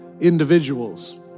individuals